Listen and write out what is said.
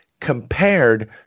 compared